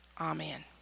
Amen